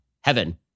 heaven